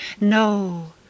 No